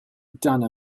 done